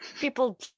People